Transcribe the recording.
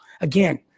Again